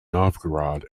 novgorod